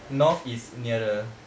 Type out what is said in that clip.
north is nearer